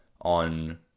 on